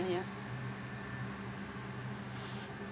ya